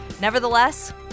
Nevertheless